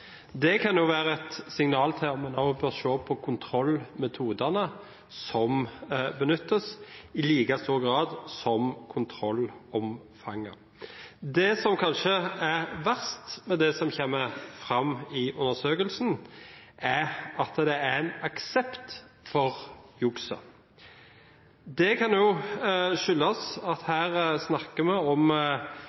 Det kan være et signal om at man må se på kontrollmetodene som benyttes, i like stor grad som kontrollomfanget. Det som kanskje er verst med det som kommer fram i undersøkelsen, er at det er en aksept for å jukse. Det kan skyldes at her snakker man om